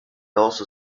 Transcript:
also